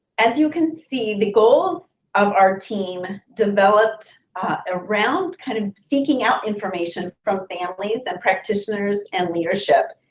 as you can see, the goals of our team developed around kind of seeking out information from families and practitioners and leadership.